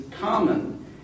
common